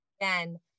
again